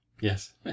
Yes